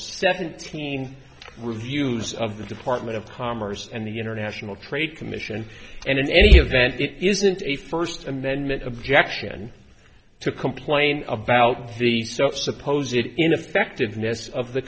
seventeen reviews of the department of commerce and the international trade commission and in any event it isn't a first amendment objection to complain about the soap suppose it ineffectiveness of the